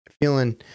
feeling